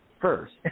first